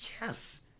Yes